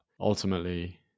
Ultimately